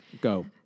Go